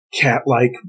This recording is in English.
cat-like